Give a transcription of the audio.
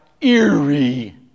eerie